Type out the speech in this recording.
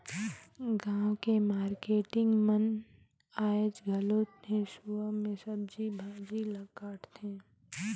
गाँव के मारकेटिंग मन आयज घलो हेसुवा में सब्जी भाजी ल काटथे